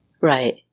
Right